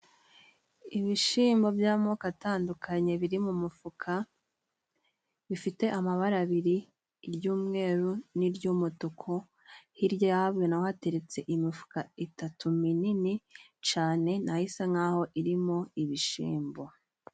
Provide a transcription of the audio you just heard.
Ibishimbo by'amoko atandukanye biri mu mufuka, bifite amabara abiri, iry'umweru n'iry'umutuku. Hirya y'aho na ho hateretse imifuka itatu minini cane nayo isa nk'aho irimo ibishimbo.